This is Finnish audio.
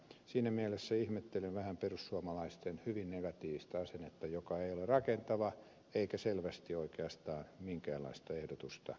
siinä mielessä ihmettelen vähän perussuomalaisten hyvin negatiivista asennetta joka ei ole rakentava eikä selvästi oikeastaan minkäänlaista ehdotusta tekevä